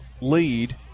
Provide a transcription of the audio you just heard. lead